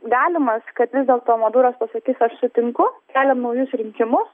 galimas kad vis dėlto maduras pasakys aš sutinku keliam naujus rinkimus